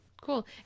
Cool